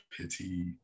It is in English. pity